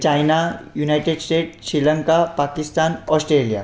China United States Sri Lanka Pakistan Australia